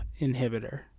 inhibitor